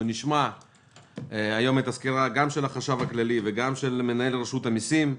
אנחנו נשמע היום את הסקירה גם של החשב הכללי וגם של מנהל רשות המסים,